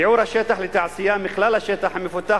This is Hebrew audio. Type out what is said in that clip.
שיעור השטח לתעשייה מכלל השטח המפותח